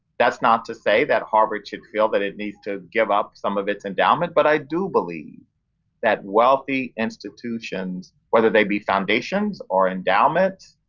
that's not to say that harvard should feel that it needs to give up some of its endowment, but i do believe that wealthy institutions, whether they be foundations or endowment,